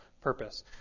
purpose